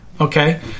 okay